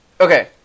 Okay